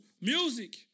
music